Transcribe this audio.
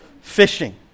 fishing